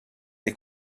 est